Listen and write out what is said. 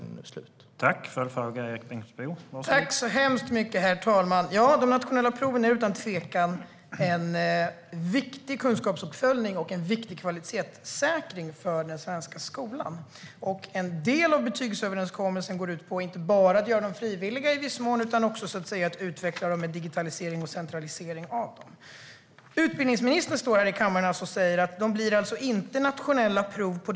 Denna övergångsperiod är nu slut.